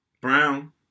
Brown